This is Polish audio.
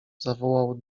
zawołał